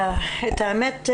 את האמת,